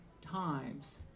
times